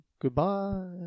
goodbye